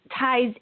ties